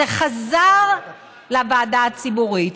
זה חזר לוועדה הציבורית,